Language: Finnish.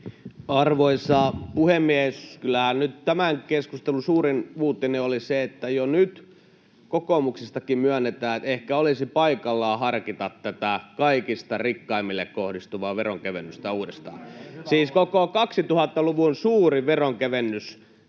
Arvoisa puhemies! Kyllähän nyt tämän keskustelun suurin uutinen oli se, että jo nyt kokoomuksestakin myönnetään, että ehkä olisi paikallaan harkita tätä kaikista rikkaimmille kohdistuvaa veronkevennystä uudestaan. [Ben Zyskowicz: Kun hyväksytte